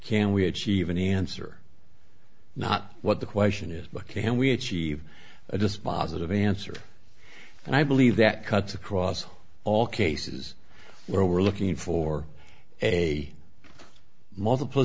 can we achieve any answer not what the question is but can we achieve a dispositive answer and i believe that cuts across all cases where we're looking for a multipl